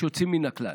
ויש יוצאים מן הכלל.